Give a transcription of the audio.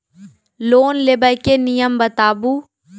Loan लेबे के नियम बताबू?